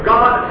God